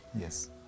Yes